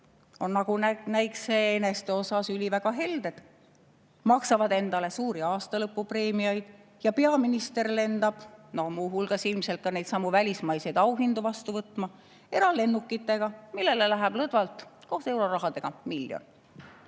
on, nagu näikse, eneste suhtes üliväga helded, maksavad endale suuri aastalõpupreemiaid. Ja peaminister lendab – muu hulgas ilmselt ka neidsamu välismaiseid auhindu vastu võtma – eralennukitega, millele läheb lõdvalt koos eurorahadega miljon.